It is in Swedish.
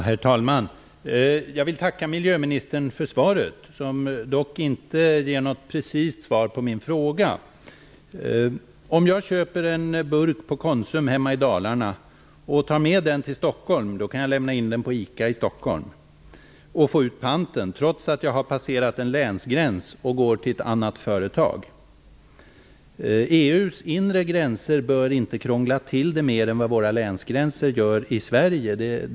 Herr talman! Jag vill tacka miljöministern för svaret. Det ger dock inte något precist svar på min fråga. Om jag köper en burk på Konsum hemma i Dalarna och tar med den till Stockholm kan jag lämna in den på ICA i Stockholm och få ut panten trots att jag har passerat en länsgräns och går till ett annat företag. EU:s inre gränser bör inte krångla till det mer än vad våra länsgränser gör i Sverige.